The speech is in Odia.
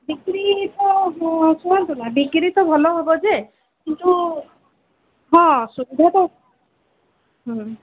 ବିକ୍ରି ତ ଶୁଣନ୍ତୁ ନା ବିକ୍ରି ତ ଭଲ ହେବ ଯେ କିନ୍ତୁ ହଁ ସୁବିଧା ତ ହୁଁ